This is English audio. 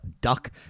Duck